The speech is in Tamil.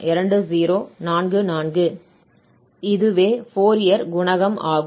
இதுவே ஃபோரியர் குணகம் ஆகும்